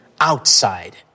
outside